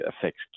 affects